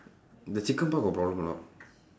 the chicken part got problem or not